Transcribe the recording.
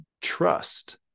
trust